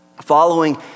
Following